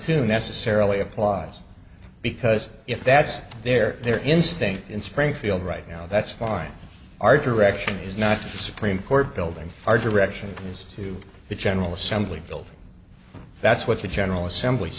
to necessarily applies because if that's their their instinct in springfield right now that's fine art direction is not the supreme court building our direction is to the general assembly building that's what the general assembl